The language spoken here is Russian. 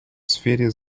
сфере